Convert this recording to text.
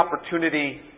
opportunity